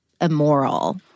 immoral